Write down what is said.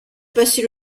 passait